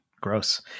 gross